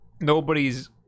nobody's